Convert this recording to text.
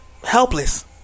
helpless